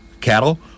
cattle